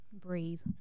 Breathe